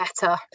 better